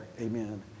Amen